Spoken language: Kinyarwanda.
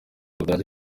budage